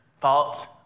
false